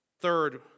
Third